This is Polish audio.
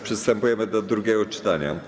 Przystępujemy do drugiego czytania.